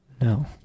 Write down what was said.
No